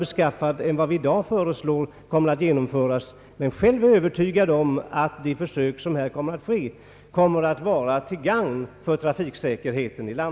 beskaffat än det som i dag föreligger, men jag är övertygad om att de försök som vi skall besluta om kommer att vara till gagn för trafiksäkerheten.